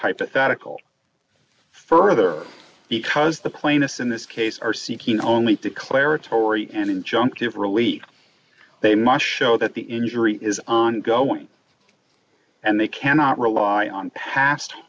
hypothetical further because the plaintiffs in this case are seeking only declaratory and injunctive relief they must show that the injury is ongoing and they cannot rely on past